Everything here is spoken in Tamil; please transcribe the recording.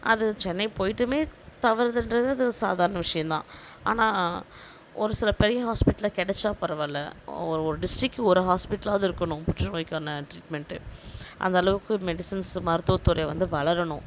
அது சென்னை போயிட்டுமே தவறுதல் இன்றதே அது சாதாரண விஷியம் தான் ஆனால் ஒரு சில பெரிய ஹாஸ்பிடலில் கிடச்சா பரவாயில்ல ஒரு ஒரு டிஸ்ட்ரிக்ட் ஒரு ஹாஸ்பிடலாவது இருக்கணும் புற்றுநோய்க்கான ட்ரீட்மெண்ட்டு அந்த அளவுக்கு மெடிசன்ஸு மருத்துவத்துறை வந்து வளரணும்